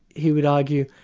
he would argue,